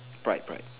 pride pride